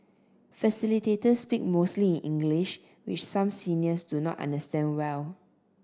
facilitators speak mostly in English which some seniors do not understand well